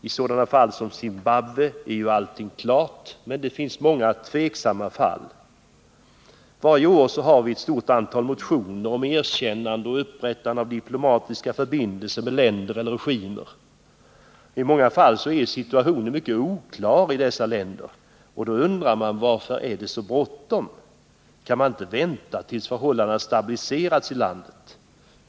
I ett fall som Zimbabwe är ju allting klart, men det finns många tvivelaktiga fall. Varje år har vi ett stort antal motioner om erkännande av' och upprättande av diplomatiska förbindelser med regimer. I många fall är sitautionen i länderna i fråga mycket oklar. Då undrar man varför det är så bråttom. Kan man inte vänta tills förhållandena har stabiliserats i landet?